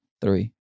three